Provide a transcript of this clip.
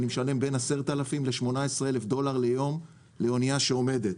אני משלם בין 10,000 ל-18,000 דולר ליום לאונייה שעומדת.